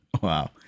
Wow